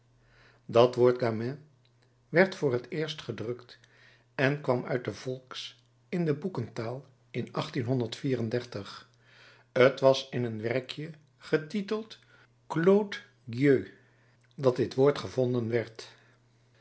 dat woord gamin werd voor het eerst gedrukt en kwam uit de volks in de boekentaal in t was in een werkje getiteld claude gueux dat dit woord gevonden werd